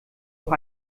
auch